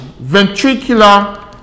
ventricular